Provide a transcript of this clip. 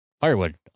firewood